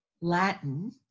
Latin